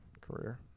career